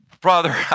Brother